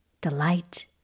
delight